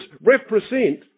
represent